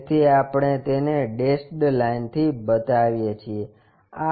તેથી આપણે તેને ડેશેડ લાઇનથી બતાવીએ છીએ